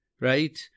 Right